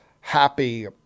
happy